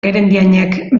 guerendiainek